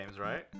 right